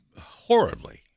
horribly